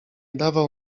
dawał